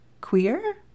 queer